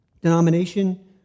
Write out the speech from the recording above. denomination